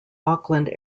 auckland